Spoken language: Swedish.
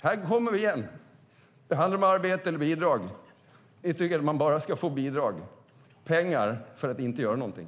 Här kommer det igen: Det handlar om arbete eller bidrag. Ni tycker att man bara ska få bidrag, pengar för att inte göra någonting.